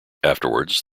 afterwards